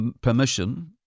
permission